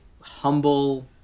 humble